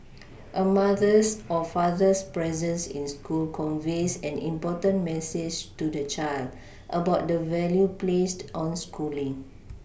a mother's or father's presence in school conveys an important message to the child about the value placed on schooling